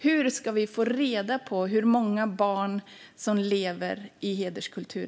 Hur ska vi få reda på hur många barn som lever i hederskultur?